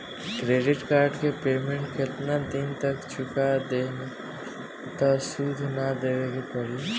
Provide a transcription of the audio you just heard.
Credit card के payment केतना दिन तक चुका देहम त सूद ना देवे के पड़ी?